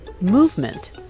Movement